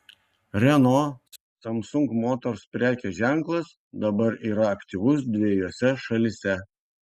renault samsung motors prekės ženklas dabar yra aktyvus dvejose šalyse